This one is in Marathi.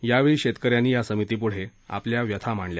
यावेळी शेतकऱ्यांनी या समितीपुढे आपल्या व्यथा मांडल्या